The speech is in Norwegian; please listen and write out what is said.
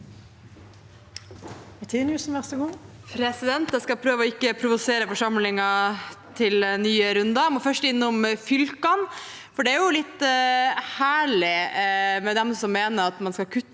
skal prøve å ikke provosere forsamlingen til nye runder. Jeg må først innom fylkene. Det er jo litt herlig med dem som mener at man skal kutte